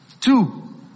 Two